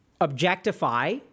objectify